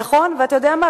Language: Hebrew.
נכון, ואתה יודע מה?